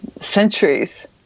centuries